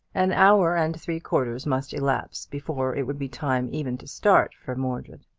an hour and three quarters must elapse before it would be time even to start for mordred.